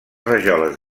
rajoles